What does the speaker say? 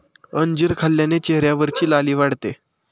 अंजीर खाल्ल्याने चेहऱ्यावरची लाली वाढते